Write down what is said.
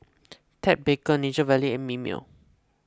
Ted Baker Nature Valley and Mimeo